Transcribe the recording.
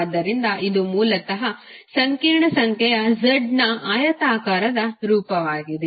ಆದ್ದರಿಂದ ಇದು ಮೂಲತಃ ಸಂಕೀರ್ಣ ಸಂಖ್ಯೆಯ z ನ ಆಯತಾಕಾರದ ರೂಪವಾಗಿದೆ